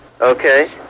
Okay